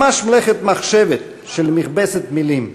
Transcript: ממש מלאכת מחשבת של מכבסת מילים,